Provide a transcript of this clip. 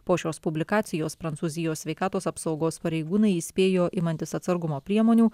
po šios publikacijos prancūzijos sveikatos apsaugos pareigūnai įspėjo imantis atsargumo priemonių